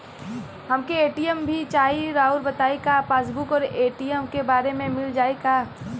हमके ए.टी.एम भी चाही राउर बताई का पासबुक और ए.टी.एम एके बार में मील जाई का?